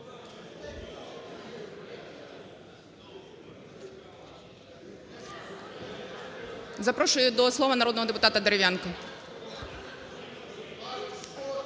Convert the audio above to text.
Запрошую до слова народного депутата Дерев'янка.